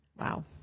Wow